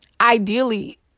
ideally